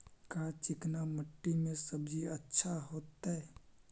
का चिकना मट्टी में सब्जी अच्छा होतै?